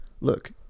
look